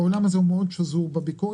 העולם של השפות מאוד שזור בביקורת,